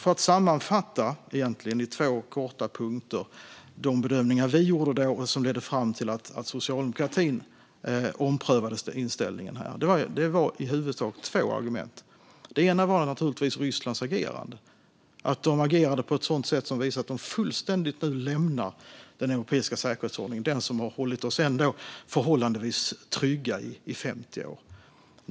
Jag kan i två korta punkter sammanfatta de bedömningar som vi gjorde och som ledde fram till att socialdemokratin omprövade inställningen här. Det var i huvudsak två argument. Det ena var naturligtvis Rysslands agerande. De agerade på ett sätt som visade att de fullständigt lämnade den europeiska säkerhetsordningen, den som hållit oss förhållandevis trygga i 50 år.